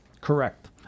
Correct